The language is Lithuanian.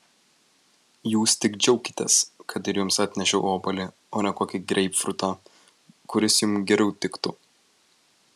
jūs tik džiaukitės kad ir jums atnešiau obuolį o ne kokį greipfrutą kuris jums geriau tiktų